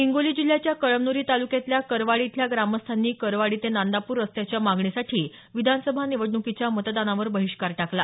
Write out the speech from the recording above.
हिंगोली जिल्ह्याच्या कळमन्री तालुक्यातल्या करवाडी इथल्या ग्रामस्थांनी करवाडी ते नांदापूर रस्त्याच्या मागणीसाठी विधानसभा निवडणुकीच्या मतदानावर बहिष्कार टाकला